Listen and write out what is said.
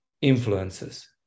influences